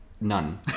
none